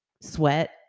Sweat